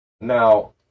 Now